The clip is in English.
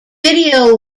video